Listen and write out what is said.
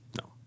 No